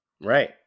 Right